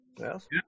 Yes